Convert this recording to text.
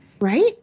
Right